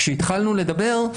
כשהתחלנו לדבר,